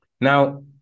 Now